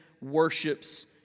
worships